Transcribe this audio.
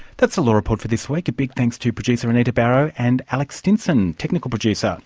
that's the law report for this week, a big thanks to producer anita barraud and alex stinson, technical producer